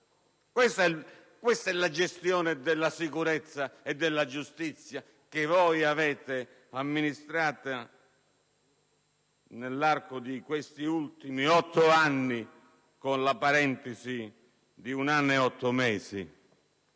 Questa è la gestione della sicurezza e della giustizia che voi avete amministrato nell'arco di questi ultimi otto anni, con la parentesi di un anno e otto mesi